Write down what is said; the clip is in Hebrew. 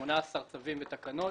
18 צווים ותקנות.